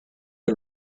are